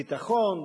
ביטחון,